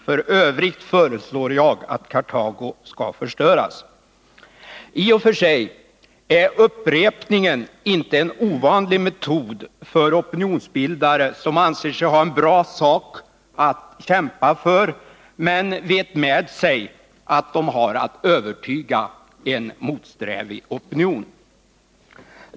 ”För övrigt föreslår jag att Kartago skall förstöras.” I och för sig är upprepningen inte en ovanlig metod för opinionsbildare som anser sig ha en bra sak att kämpa för men vet med sig att de har att övertyga en motsträvig opinion.